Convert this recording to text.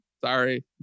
sorry